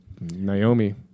Naomi